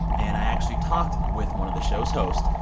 and i actually talked with one of the show's host,